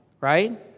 right